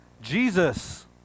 Jesus